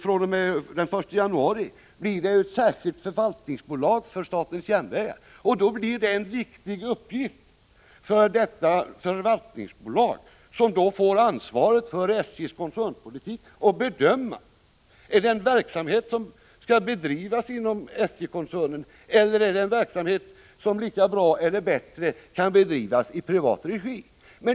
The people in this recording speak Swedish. fr.o.m. den 1 januari skall det tillskapas ett särskilt förvaltningsbolag för SJ, och det blir en viktig uppgift för detta förvaltningsbolag, som då får ansvaret för SJ:s koncernpolitik, att bedöma om en verksamhet skall bedrivas inom SJ-koncernen eller om verksamheten lika bra eller bättre kan bedrivas i privat regi.